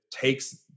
takes